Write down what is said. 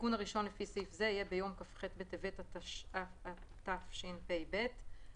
העדכון הראשון לפי סעיף זה יהיה ביום כ"ח בטבת התשפ"ב (1